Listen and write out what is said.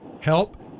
help